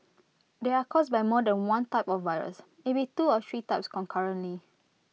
they are caused by more than one type of virus maybe two or three types concurrently